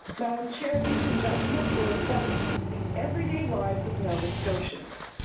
madam chair, these investments will affect the every day lives of nova scotians.